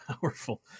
powerful